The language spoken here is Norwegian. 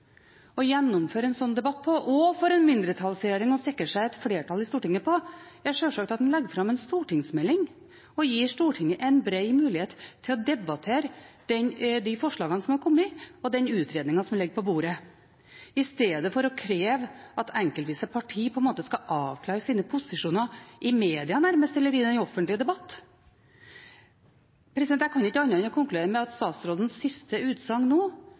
å gjennomføre en slik debatt på og for en mindretallsregjering å sikre seg flertall i Stortinget på, er sjølsagt ved å legge fram en stortingsmelding og gi Stortinget en bred mulighet til å debattere de forslagene som har kommet, og den utredningen som ligger på bordet, i stedet for å kreve at partiene enkeltvis skal avklare sine posisjoner nærmest i media eller i den offentlige debatt. Jeg kan ikke annet enn å konkludere med at statsrådens siste utsagn